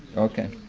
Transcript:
okay.